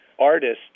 artists